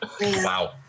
wow